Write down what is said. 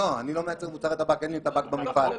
אני לא מייצר מוצרי טבק, אין לי טבק במפעל.